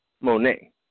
Monet